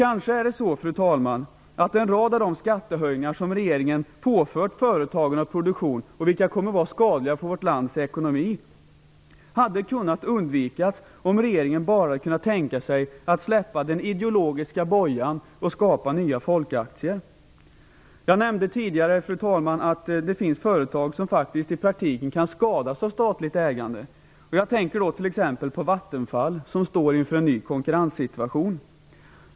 Kanske är det så, att en rad av de skattehöjningar som regeringen påfört företagen och produktionen, och som kommer att vara skadliga för vårt lands ekonomi, hade kunnat undvikas om regeringen bara hade kunnat tänka sig att släppa den ideologiska bojan och skapa nya folkaktier. Jag nämnde tidigare, fru talman, att det finns företag som faktiskt i praktiken kan skadas av statligt ägande. Jag tänker exempelvis på Vattenfall som står inför en ny konkurrenssituation.